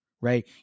right